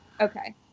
okay